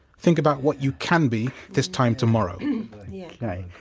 think about what you can be this time tomorrow okay.